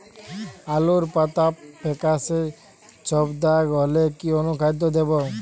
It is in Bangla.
আলুর পাতা ফেকাসে ছোপদাগ হলে কি অনুখাদ্য দেবো?